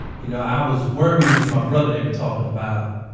you know, i was worried it was my brother they were talking about.